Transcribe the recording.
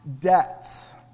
debts